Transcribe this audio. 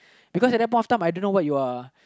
because at that point of time I don't know what you are